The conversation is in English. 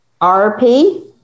RP